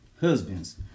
Husbands